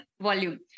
volume